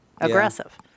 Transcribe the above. aggressive